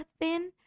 thin